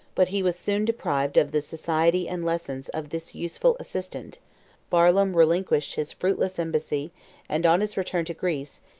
but he was soon deprived of the society and lessons of this useful assistant barlaam relinquished his fruitless embassy and, on his return to greece,